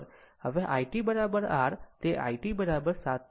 હવેi t r તે i t 7